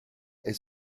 est